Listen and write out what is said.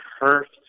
first